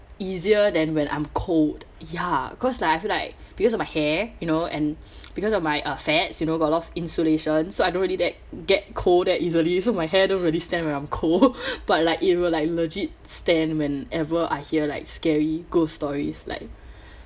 easier than when I'm cold ya cause like I feel like because of my hair you know and because of my uh fats you know got a lot of insulation so I don't really that get cold that easily so my hair don't really stand when I'm cold but like it will like legit stand whenever I hear like scary ghost stories like